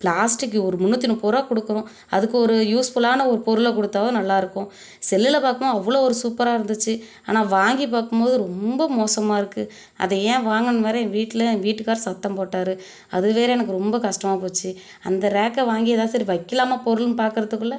plastic ஒரு முன்னூற்றி முப்பது ரூபா கொடுக்குறோம் அதுக்கு ஒரு யூஸ்ஃபுல்லான ஒரு பொருளை கொடுத்தாவது நல்லாருக்கும் செல்லில் பார்க்கும் அவ்வளோ ஒரு சூப்பராக இருந்துச்சு ஆனால் வாங்கிப் பார்க்கும்போது ரொம்ப மோசமாக இருக்கு அதை ஏ வாங்கினேன்னு வேறு எங்கள் வீட்டில் எங்கள் வீட்டுக்கார் சத்தம் போட்டாரு அது வேறு எனக்கு ரொம்ப கஷ்டமாக போச்சு அந்த ரேக்கை வாங்கி எதா சரி வைக்கலாமா பொருள்னு பார்க்கறதுக்குள்ள